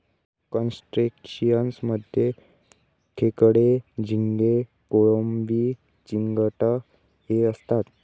crustaceans मध्ये खेकडे, झिंगे, कोळंबी, चिंगट हे असतात